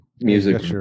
music